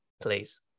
please